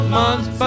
months